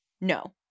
no